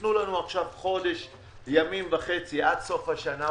ותיתנו לנו חודש ימים וחצי עד סוף השנה,